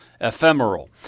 ephemeral